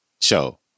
Show